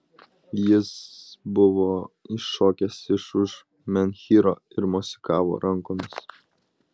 jis buvo iššokęs iš už menhyro ir mosikavo rankomis